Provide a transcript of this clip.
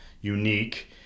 unique